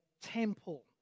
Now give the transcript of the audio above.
temple